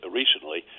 recently